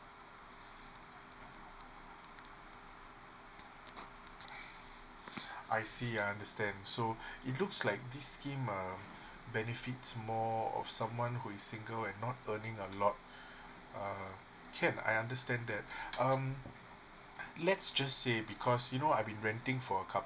I see I understand so it looks like this scheme uh benefits more of someone who is single and not earning a lot uh can I understand that um let's just say because you know I've been ranting for couple